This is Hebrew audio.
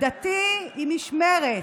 הדתי עם איש מרצ,